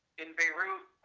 in beirut,